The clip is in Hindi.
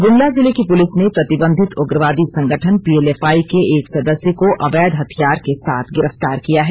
गुमला जिले की पुलिस ने प्रतिबंधित उग्रवादी संगठन पीएलएफआई के एक सदस्य को अवैध हथियार के साथ गिरफ्तार किया हैं